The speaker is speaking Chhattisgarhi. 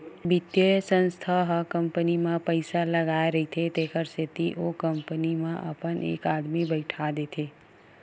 बित्तीय संस्था ह कंपनी म पइसा लगाय रहिथे तेखर सेती ओ कंपनी म अपन एक आदमी बइठा देथे